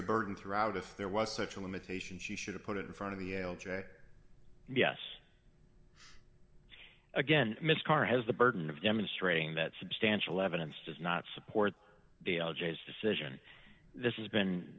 the burden throughout if there was such a limitation she should have put it in front of the yes again miss carr has the burden of demonstrating that substantial evidence does not support the algaes decision this has been